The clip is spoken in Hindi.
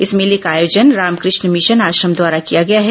इस मेले का आयोजन रामकृष्ण मिशन आश्रम द्वारा किया गया है